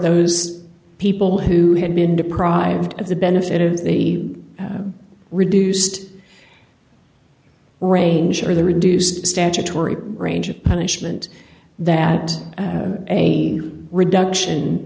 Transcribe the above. those people who had been deprived of the benefit of the reduced range or the reduced statutory range of punishment that a reduction